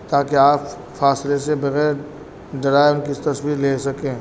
تاکہ آپ فاصلے سے بغیر ڈرائے ان کی تصویر لے سکیں